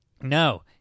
No